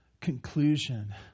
conclusion